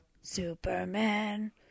Superman